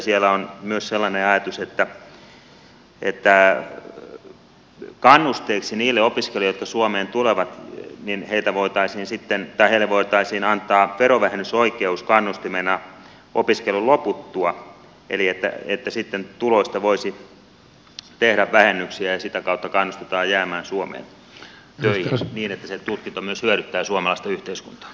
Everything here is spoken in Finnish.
siellä on myös sellainen ajatus että kannustimena niille opiskelijoille jotka suomeen tulevat mihin heitä voitaisiin sitten tarve voitaisiin antaa verovähennysoikeus opiskelun loputtua eli että sitten tuloista voisi tehdä vähennyksiä ja sitä kautta kannustetaan jäämään suomeen töihin niin että se tutkinto myös hyödyttää suomalaista yhteiskuntaa